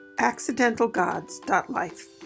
accidentalgods.life